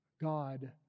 God